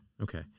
Okay